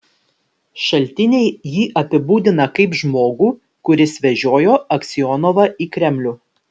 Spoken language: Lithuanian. šaltiniai jį apibūdina kaip žmogų kuris vežiojo aksionovą į kremlių